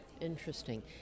Interesting